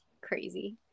crazy